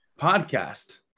podcast